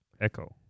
Echo